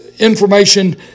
Information